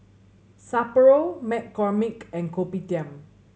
Sapporo McCormick and Kopitiam